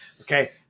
Okay